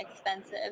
expensive